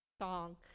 song